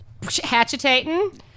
hatchetating